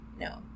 no